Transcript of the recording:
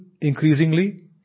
increasingly